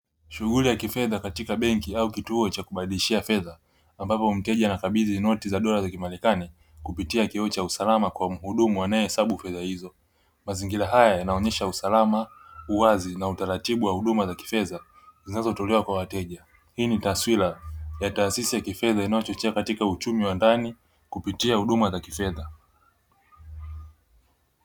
Shughuli ya kifedha katika benki au kituo cha kubadilishia fedha ambapo mteja anakabidhi noti za dola za kimarekani kupitia kioo cha usalama wa mhudumu anayehesabu fedha hizo. Mazingira haya yanaonyesha usalama, uwazi na utaratibu wa huduma za kifedha unaotolewa kwa wateja. Hii ni taswira ya taasisi ya kifedha inayochochea katika uchumi wa ndani kupitia huduma za kifedha.